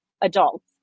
adults